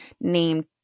named